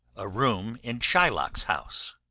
a room in shylock's house.